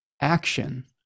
action